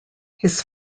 his